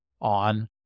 on